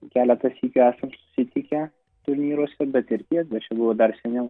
keletą sykių esam susitikę turnyruose bet ir tiek bet čia buvo dar seniau